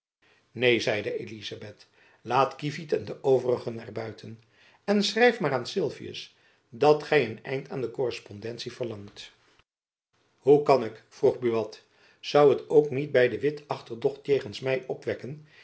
neen zeide elizabeth laat kievit en de overigen er buiten en schrijf maar aan sylvius dat gy een eind aan de korrespondentie verlangt hoe kan ik vroeg buat zoû het ook niet by de witt achterdocht jegens my opwekken